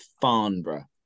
Farnborough